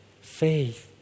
Faith